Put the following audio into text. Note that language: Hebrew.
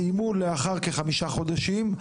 סיימו לאחר כחמישה חודשים,